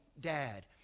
dad